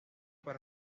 para